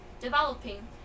developing